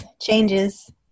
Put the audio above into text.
changes